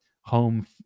home